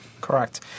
Correct